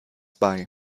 bei